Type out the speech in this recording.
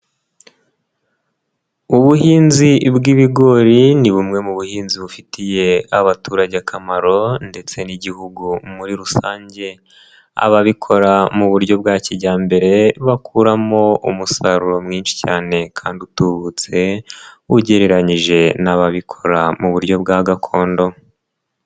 Ubuhinzi bw'ibigori ni bumwe mu buhinzi bufitiye abaturage akamaro ndetse n'igihugu muri rusange, ababikora mu buryo bwa kijyambere bakuramo umusaruro mwinshi cyane kandi utubutse, ugereranyije n'ababikora mu buryo bwa gakondo.